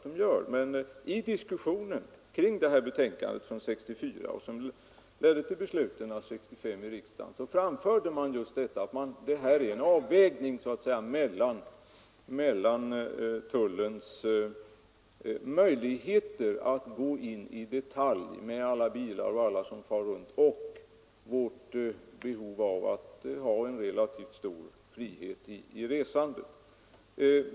I debatten i anslutning till betänkandet från 1964, som ledde fram till 1965 års riksdagsbeslut, framhölls att det var fråga om en avvägning mellan tullens möjligheter att i detalj undersöka alla bilar som passerar gränserna och vårt behov av en relativt stor frihet i resandet.